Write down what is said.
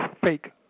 fake